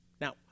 now